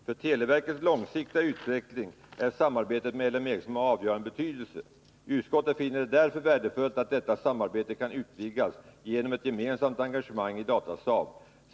För televerkets långsiktiga utveckling är samarbetet med LME av avgörande betydelse. Utskottet finner det därför värdefullt att detta samarbete kan utvidgas genom ett gemensamt engagemang i Datasaab AB.